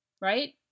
Right